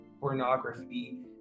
pornography